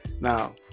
Now